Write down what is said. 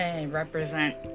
represent